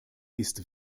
ist